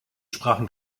sprachen